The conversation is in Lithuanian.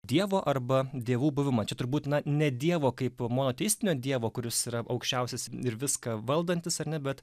dievo arba dievų buvimą čia turbūt na ne dievo kaip monoteistinio dievo kuris yra aukščiausias ir viską valdantis ar ne bet